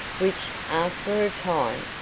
which, after a time,